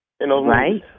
Right